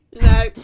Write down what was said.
No